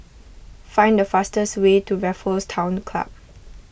find the fastest way to Raffles Town Club